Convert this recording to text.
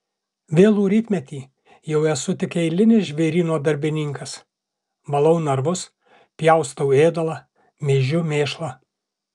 vėlų rytmetį jau esu tik eilinis žvėryno darbininkas valau narvus pjaustau ėdalą mėžiu mėšlą